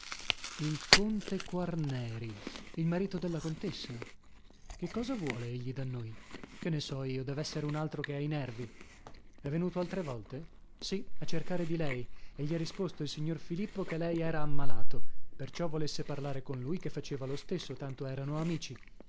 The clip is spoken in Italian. il conte quarneri il marito della contessa che cosa vuole egli da noi che ne so io dev'essere un altro che ha i nervi è venuto altre volte sì a cercare di lei e gli ha risposto il signor filippo che lei era ammalato perciò volesse parlare con lui che faceva lo stesso tanto erano amici